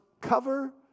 cover